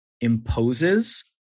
imposes